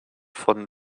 von